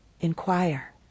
Inquire